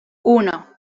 uno